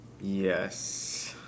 Yes